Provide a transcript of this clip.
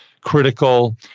critical